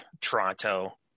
Toronto